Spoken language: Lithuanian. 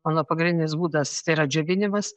mano pagrindinis būdas tai yra džiovinimas